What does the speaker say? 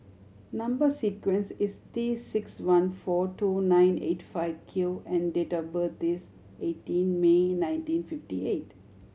number sequence is T six one four two nine eight five Q and date of birth is eighteen May nineteen fifty eight